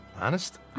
Honest